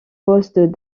postes